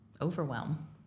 overwhelm